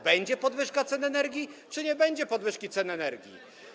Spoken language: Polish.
Będzie podwyżka cen energii, czy nie będzie podwyżki cen energii?